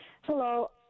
Hello